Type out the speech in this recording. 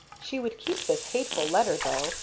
she would keep this hateful letter, though,